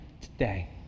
today